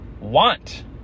want